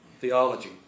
theology